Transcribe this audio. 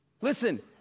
Listen